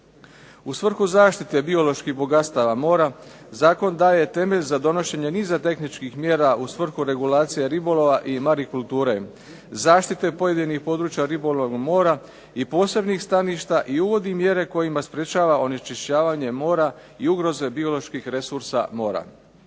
U svrhu zaštite bioloških bogatstava mora zakon daje temelj za donošenje niza tehničkih mjera u svrhu regulacije ribolova i marikuluture, zaštite pojedinih područja ribolovnog mora i posebnih staništa i uvodi mjere kojima sprečava onečišćavanje more i ugroze bioloških resursa mora.